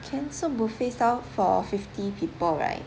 can so buffet style for fifty people right